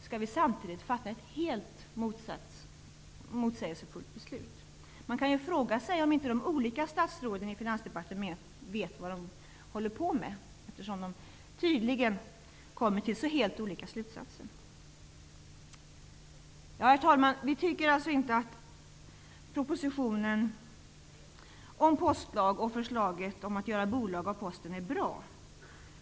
Samtidigt skall vi fatta ett helt motsägelsefullt beslut. Man kan fråga sig om statsråden i de olika departementen vet vad de håller på med eftersom de tydligen kommer fram till så helt olika slutsatser. Herr talman! Vi Socialdemokrater tycker inte att propositionen om postlag och förslaget att göra bolag av Posten är bra.